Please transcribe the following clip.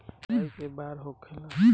सिंचाई के बार होखेला?